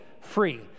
free